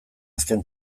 azken